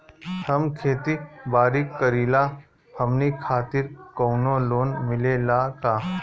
हम खेती बारी करिला हमनि खातिर कउनो लोन मिले ला का?